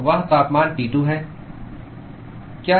तो वह तापमान T2 है